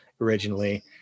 originally